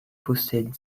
possèdent